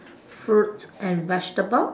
fruits and vegetable